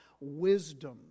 wisdom